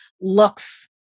looks